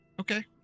Okay